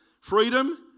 freedom